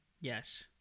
Yes